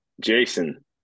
Jason